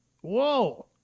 whoa